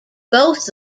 both